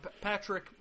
Patrick